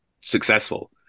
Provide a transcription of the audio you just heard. successful